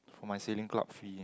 for my sailing club fee